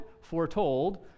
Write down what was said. foretold